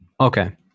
Okay